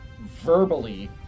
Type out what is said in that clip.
verbally